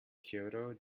kyoto